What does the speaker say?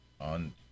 on